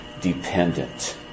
dependent